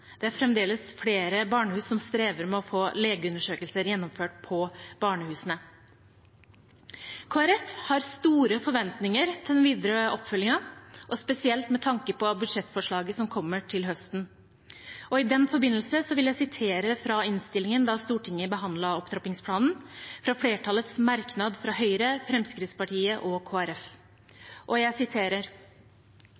Det er fremdeles flere barnehus som strever med å få gjennomført legeundersøkelser på barnehusene. Kristelig Folkeparti har store forventninger til den videre oppfølgingen, spesielt med tanke på budsjettforslaget som kommer til høsten. I den forbindelse vil jeg sitere fra en merknad fra flertallet – Høyre, Fremskrittspartiet og